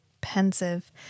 pensive